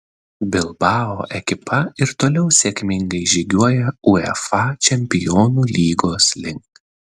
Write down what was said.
bilbao ekipa ir toliau sėkmingai žygiuoja uefa čempionų lygos link